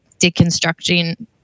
deconstructing